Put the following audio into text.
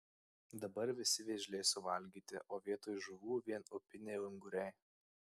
dabar visi vėžliai suvalgyti o vietoj žuvų vien upiniai unguriai